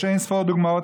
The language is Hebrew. יש אין-ספור דוגמאות,